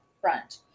front